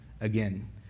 again